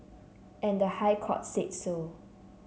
and the High Court said so